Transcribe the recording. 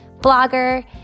blogger